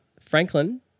Franklin